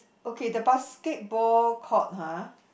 okay the basketball court [huh]